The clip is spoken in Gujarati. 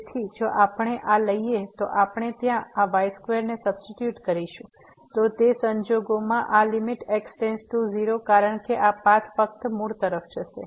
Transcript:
તેથી જો આપણે આ લઈએ તો આપણે ત્યાં આ y2 ને સબસ્ટીટ્યુટ કરીશું તો તે સંજોગોમાં આ લીમીટ x → 0 કારણ કે આ પાથ ફક્ત મૂળ તરફ જશે